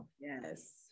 Yes